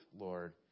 Lord